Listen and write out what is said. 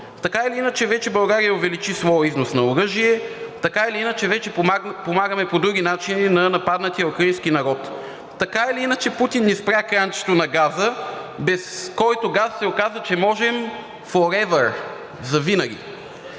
Така или иначе вече България увеличи своя износ на оръжие, така или иначе вече помагаме по други начини на нападнатия украински народ. Така или иначе Путин ни спря кранчето на газа, без който газ се оказа, че можем forever – завинаги.